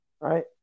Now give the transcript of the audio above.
right